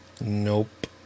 Nope